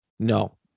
No